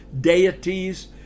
deities